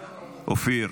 אופיר,